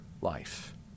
life